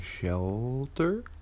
shelter